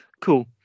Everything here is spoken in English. Cool